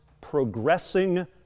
progressing